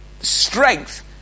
strength